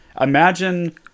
imagine